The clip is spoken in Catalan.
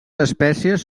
espècies